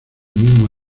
mismo